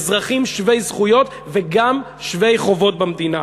אזרחים שווי זכויות וגם שווי חובות במדינה.